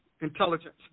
intelligence